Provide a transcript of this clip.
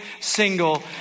single